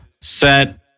set